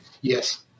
Yes